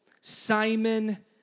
Simon